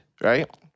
right